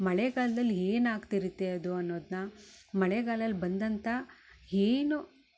ಮಳೆಗಾಲ್ದಲ್ಲಿ ಏನಾಗ್ತಿರತ್ತೆ ಅದು ಅನ್ನೋದನ್ನ ಮಳೆಗಾಲದಲ್ಲಿ ಬಂದಂಥ ಏನು